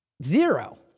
zero